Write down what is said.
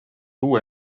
uue